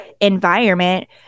environment